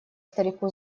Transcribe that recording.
старику